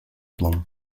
plan